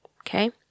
Okay